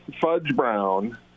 Fudge-Brown